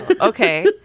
Okay